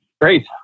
Great